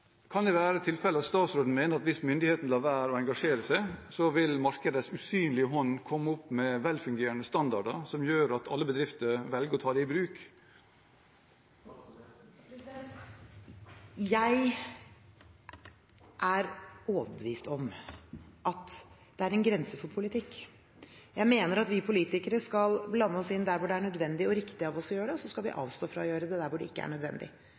Kan det være tilfellet at statsråden mener at hvis myndighetene lar være å engasjere seg, vil markedets usynlige hånd komme opp med velfungerende standarder som gjør at alle bedrifter velger å ta det i bruk? Jeg er overbevist om at det er en grense for politikk. Jeg mener at vi politikere skal blande oss inn der hvor det er nødvendig og riktig av oss å gjøre det, og så skal vi avstå fra å gjøre det der hvor det ikke er nødvendig.